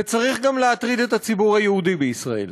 וצריך להטריד גם את הציבור היהודי בישראל.